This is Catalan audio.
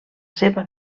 seva